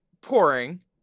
Pouring